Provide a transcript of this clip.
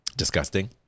disgusting